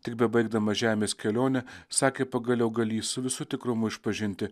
tik bebaigdamas žemės kelionę sakė pagaliau galįs su visu tikrumu išpažinti